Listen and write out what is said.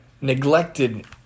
neglected